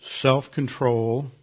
self-control